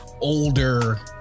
older